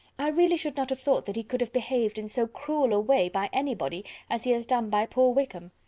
i really should not have thought that he could have behaved in so cruel a way by anybody as he has done by poor wickham.